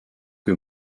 que